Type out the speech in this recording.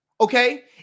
okay